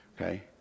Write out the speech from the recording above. Okay